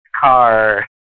Car